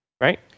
right